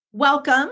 Welcome